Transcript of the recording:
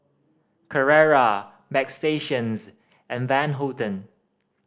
Carrera Bagstationz and Van Houten